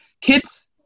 kids